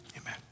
Amen